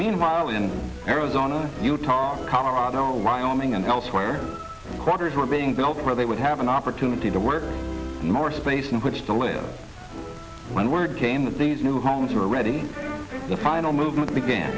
meanwhile in arizona utah colorado wyoming and elsewhere quarters were being built where they would have an opportunity to work more space in which to live when word came that these new homes were ready the final movement